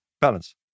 balance